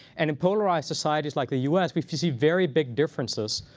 and in polarized societies like the us, we see very big differences,